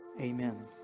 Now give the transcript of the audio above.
Amen